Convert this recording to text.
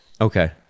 Okay